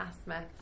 asthma